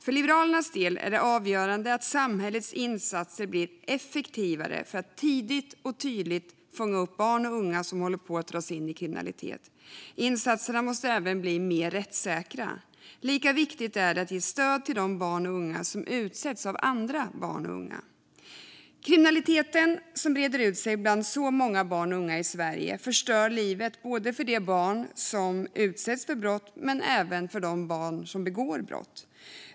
För Liberalernas del är det avgörande att samhällets insatser blir effektivare, så att man tidigt och tydligt fångar upp barn och unga som håller på att dras in i kriminalitet. Insatserna måste även bli mer rättssäkra. Lika viktigt är det att ge stöd till de barn och unga som utsätts av andra barn och unga. Kriminaliteten som breder ut sig bland så många barn och unga i Sverige förstör livet både för de barn som utsätts för brott och för de barn som begår brott.